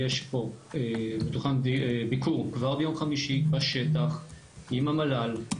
מתוכנן ביקור כבר ביום חמישי בשטח עם המל"ל,